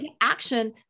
action